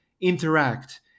interact